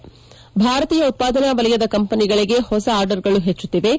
ಭಾರತೀಯ ಉತ್ತಾದನಾ ವಲಯದ ಕಂಪನಿಗಳಿಗೆ ಹೊಸ ಆರ್ಡರ್ಗಳು ಹೆಚ್ಚುತ್ತಿವೆ